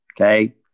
okay